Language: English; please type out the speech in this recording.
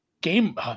Game